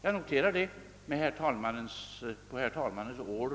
Jag noterar detta mer eller mindre på herr talmannens order.